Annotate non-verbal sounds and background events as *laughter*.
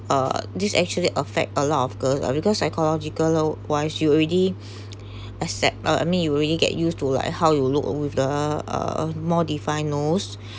uh this actually affect a lot of girls uh because psychological loh why she already *breath* accept uh uh I mean you already get used to like how you look with the uh more defined nose